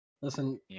Listen